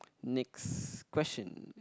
next question